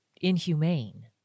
inhumane